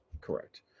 Correct